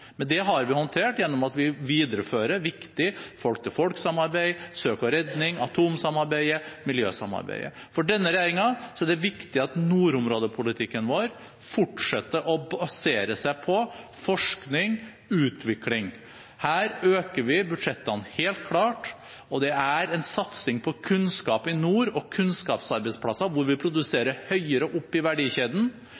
men det har vi håndtert gjennom å videreføre viktige folk-til-folk-samarbeid, søk og redning, atomsamarbeidet, miljøsamarbeidet. For denne regjeringen er det viktig at nordområdepolitikken vår fortsetter å basere seg på forskning og utvikling. Her øker vi budsjettene helt klart, og det er en satsing på kunnskap i nord og på kunnskapsarbeidsplasser, hvor vi